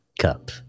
cup